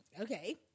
Okay